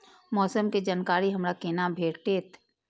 मौसम के जानकारी हमरा केना भेटैत?